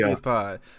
pod